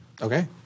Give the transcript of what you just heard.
Okay